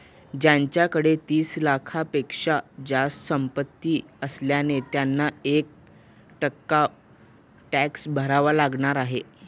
त्यांच्याकडे तीस लाखांपेक्षा जास्त संपत्ती असल्याने त्यांना एक टक्का टॅक्स भरावा लागणार आहे